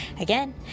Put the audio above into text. again